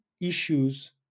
issues